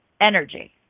energy